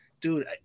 dude